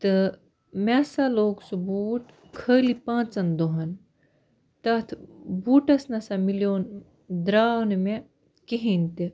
تہٕ مےٚ سا لوگ سُہ بوٗٹھ خٲلی پانٛژَن دۄہَن تَتھ بوٗٹَس نَہ سا میلیٛو نہٕ درٛاو نہٕ مےٚ کِہیٖنۍ تہِ